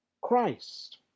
Christ